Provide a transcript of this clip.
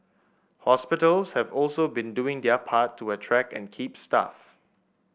hospitals have also been doing their part to attract and keep staff